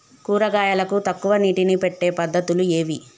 కూరగాయలకు తక్కువ నీటిని పెట్టే పద్దతులు ఏవి?